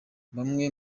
bamwe